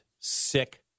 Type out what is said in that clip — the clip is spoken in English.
sick